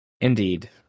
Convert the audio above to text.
Indeed